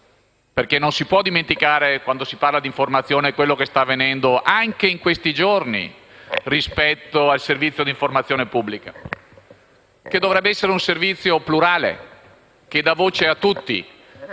perché non si può dimenticare, quando si parla di informazione, quello che sta avvenendo, anche in questi giorni, rispetto al servizio di informazione pubblica, che dovrebbe essere servizio plurale che dà voce a tutti.